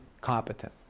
competent